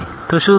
તો શું થશે